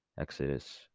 Exodus